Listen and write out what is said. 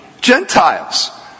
Gentiles